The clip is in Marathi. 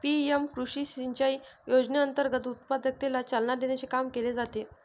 पी.एम कृषी सिंचाई योजनेअंतर्गत उत्पादकतेला चालना देण्याचे काम केले जाते